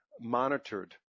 monitored